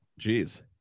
Jeez